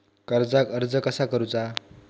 कर्जाक अर्ज कसा करुचा?